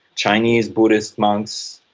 chinese buddhist monks,